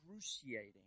excruciating